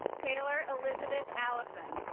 taylor elizabeth allison.